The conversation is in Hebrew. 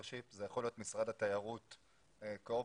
זה יכול להיות משרד התיירות כאופציה,